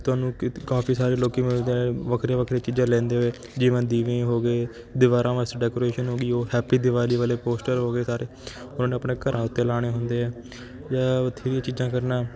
ਤੁਹਾਨੂੰ ਕਿਤ ਕਾਫ਼ੀ ਸਾਰੇ ਲੋਕ ਮਿਲਦੇ ਹੈ ਵੱਖਰੇ ਵੱਖਰੇ ਚੀਜ਼ਾਂ ਲੈਂਦੇ ਹੋਏ ਜਿਵੇਂ ਦੀਵੇ ਹੋ ਗਏ ਦੀਵਾਰਾਂ ਵਾਸਤੇ ਡੈਕੋਰੇਸ਼ਨ ਹੋ ਗਈ ਉਹ ਹੈਪੀ ਦੀਵਾਲੀ ਵਾਲੇ ਪੋਸਟਰ ਹੋ ਗਏ ਸਾਰੇ ਉਨ੍ਹਾਂ ਨੇ ਆਪਣੇ ਘਰਾਂ ਉੱਤੇ ਲਾਉਣੇ ਹੁੰਦੇ ਹੈ ਜਾਂ ਉੱਥੇ ਵੀ ਚੀਜ਼ਾਂ ਕਰਨਾ